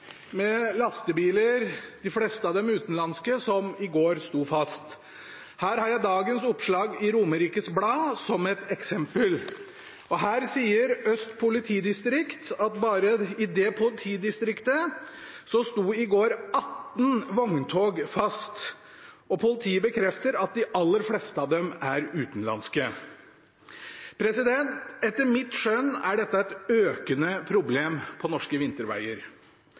i Romerikes Blad som et eksempel. Her sier Øst politidistrikt at bare i det politidistriktet sto i går 18 vogntog fast, og politiet bekrefter at de aller fleste av dem er utenlandske. Etter mitt skjønn er dette et økende problem på norske